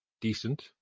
decent